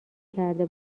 کرده